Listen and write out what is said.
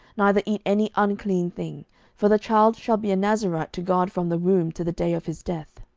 neither eat any unclean thing for the child shall be a nazarite to god from the womb to the day of his death.